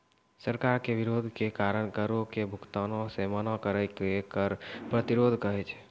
सरकार के विरोध के कारण करो के भुगतानो से मना करै के कर प्रतिरोध कहै छै